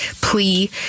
plea